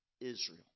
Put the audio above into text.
Israel